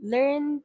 Learn